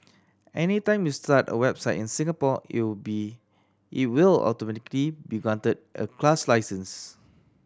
anytime you start a website in Singapore it will be it will automatically be granted a class license